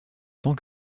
tant